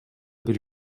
бир